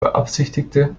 beabsichtigte